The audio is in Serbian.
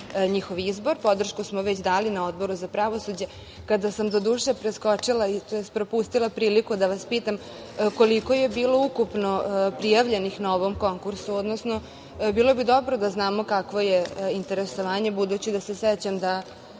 njihov izbor. Podršku smo već dali na Odboru za pravosuđe, kada sam doduše propustila priliku da vas pitam koliko je bilo ukupno prijavljenih na ovom konkursu. Bilo bi dobro da znamo kakvo je interesovanje, budući da se sećam, da